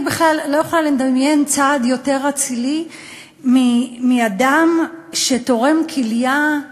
אני בכלל לא יכולה לדמיין צעד יותר אצילי מזה של אדם שתורם כליה,